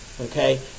okay